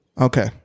Okay